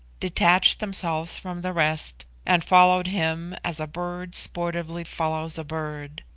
detached themselves from the rest, and followed him as a bird sportively follows a bird.